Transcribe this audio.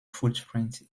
footprint